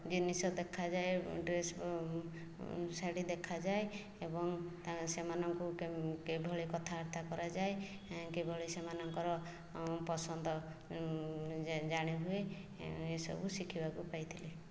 ଜିନିଷ ଦେଖାଯାଏ ଡ୍ରେସ୍ ଶାଢ଼ୀ ଦେଖାଯାଏ ଏବଂ ସେମାନଙ୍କୁ କିଭଳି କଥାବାର୍ତ୍ତା କରାଯାଏ କିଭଳି ସେମାନଙ୍କର ପସନ୍ଦ ଜାଣିହୁଏ ଏସବୁ ଶିଖିବାକୁ ପାଇଥିଲି